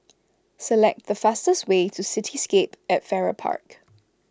select the fastest way to Cityscape at Farrer Park